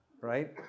right